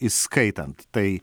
įskaitant tai